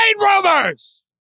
rumors